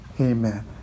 Amen